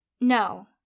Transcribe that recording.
No